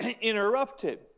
interrupted